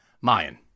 Mayan